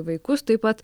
vaikus taip pat